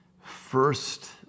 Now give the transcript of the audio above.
first